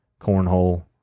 cornhole